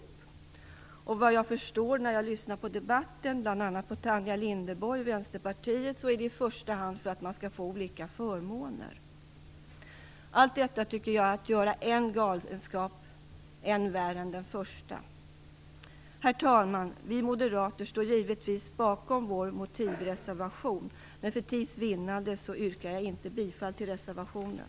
Motivet är, efter vad jag förstår när jag lyssnar på debatten, bl.a. på Tanja Linderborg från Vänsterpartiet, i första hand att de homosexuella skall få olika förmåner. Jag tycker att allt detta är att göra en första galenskap än värre. Herr talman! Vi moderater står givetvis bakom vår reservation angående motiveringen, men för tids vinnande yrkar jag inte bifall till reservationen.